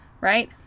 right